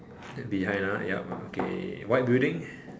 behind ah yup okay white building